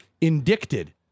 indicted